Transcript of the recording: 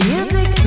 Music